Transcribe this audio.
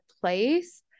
place